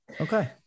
Okay